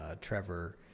Trevor